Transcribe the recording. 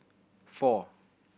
four